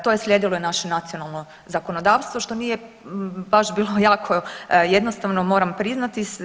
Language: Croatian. To je slijedilo i naše nacionalno zakonodavstvo što nije baš bilo jako jednostavno moram priznati.